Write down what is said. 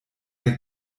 der